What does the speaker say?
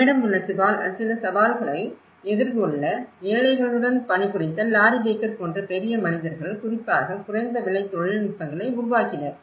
நம்மிடம் உள்ள சில சவால்களை எதிர்கொள்ள ஏழைகளுடன் பணிபுரிந்த லாரி பேக்கர் போன்ற பெரிய மனிதர்கள் குறிப்பாக குறைந்த விலை தொழில்நுட்பங்களை உருவாக்கினர்